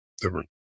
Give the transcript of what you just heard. different